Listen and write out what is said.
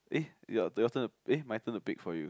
eh you turn to eh my turn to pick for you